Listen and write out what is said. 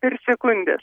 per sekundes